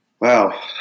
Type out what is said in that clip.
Wow